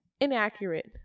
inaccurate